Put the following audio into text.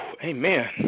Amen